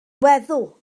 weddw